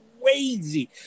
crazy